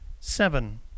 Seven